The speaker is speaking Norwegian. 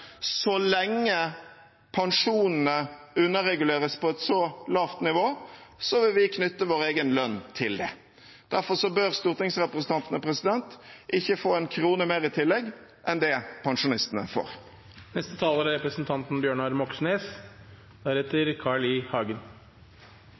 så lenge pensjonene underreguleres på et så lavt nivå, vil vi knytte vår egen lønn til det. Derfor bør stortingsrepresentantene ikke få en krone mer i tillegg enn det pensjonistene får. I går la Arbeiderpartiet fram en lang liste med 83 forslag mot økende forskjeller, og det er